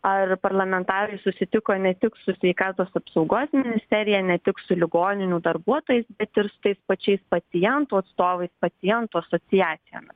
ar parlamentarai susitiko ne tik su sveikatos apsaugos ministerija ne tik su ligoninių darbuotojais bet ir su tais pačiais pacientų atstovais pacientų asociacijomis